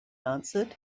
answered